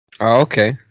Okay